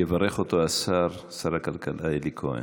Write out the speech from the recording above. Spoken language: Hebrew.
יברך אותו שר הכלכלה אלי כהן.